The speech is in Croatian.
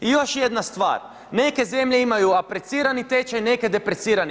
I još jedna stvar, neke zemlje imaju aprecirani tečaj, neke deprecirani.